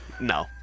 No